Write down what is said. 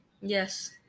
Yes